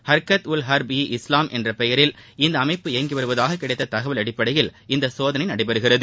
ஹர்கத் உல் ஹர்பே இஸ்லாம் என்ற பெயரில் இந்த அமைப்பு இயங்கி வருவதாக கிடைத்த தகவல் அடிப்படையில் இந்த சோதனை நடக்கிறது